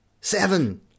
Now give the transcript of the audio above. Seven